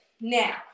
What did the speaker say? Now